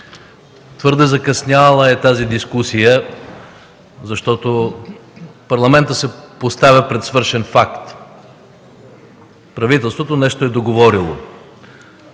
Твърде закъсняла е тази дискусия, защото Парламентът се поставя пред свършен факт – правителството нещо е договорило.